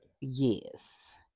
yes